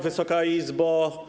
Wysoka Izbo!